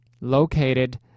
located